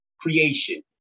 creation